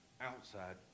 outside